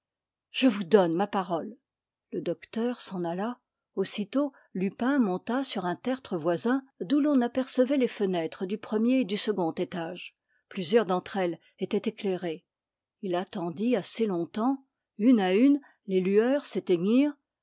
je vous donne ma parole le docteur s'en alla aussitôt lupin monta sur un tertre voisin d'où l'on apercevait les fenêtres du premier et du second étage plusieurs d'entre elles étaient éclairées il attendit assez longtemps une à une les lueurs